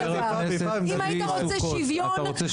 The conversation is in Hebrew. חבר הכנסת צבי סוכות, אתה רוצה שאותך אני אוציא?